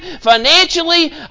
financially